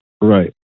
Right